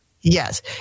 Yes